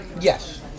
Yes